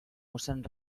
mossén